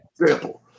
Example